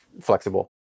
flexible